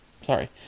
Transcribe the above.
Sorry